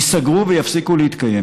ייסגרו ויפסיקו להתקיים,